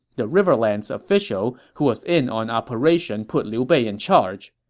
the riverlands official who was in on operation put liu bei in charge.